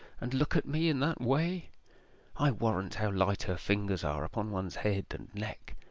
and look at me in that way i warrant how light her fingers are upon one's head and neck.